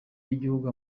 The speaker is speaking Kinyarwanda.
y’igihugu